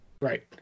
right